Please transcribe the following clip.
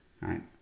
right